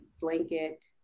blanket